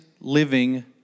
living